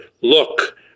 look